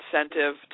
incentive